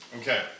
Okay